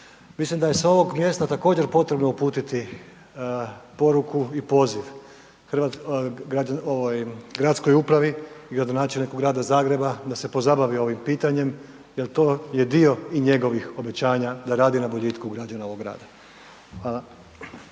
Mislim da je s ovog mjesta također potrebno uputiti poruku i poziv gradskoj upravi i gradonačelniku grada Zagreba da se pozabavi ovim pitanjem jel to je dio i njegovih obećanja da radi na boljitku građana ovog grada.